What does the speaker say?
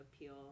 appeal